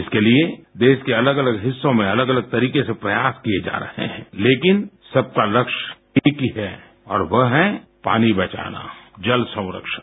इसके लिए देश के अलग अलग हिस्सों में अलग अलग तरीके से प्रयास किए जा रहे हैं लेकिन सबका लक्ष्य एक ही है और वह है पानी बचाना जल संरक्षण